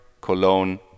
Cologne